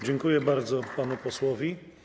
Dziękuję bardzo panu posłowi.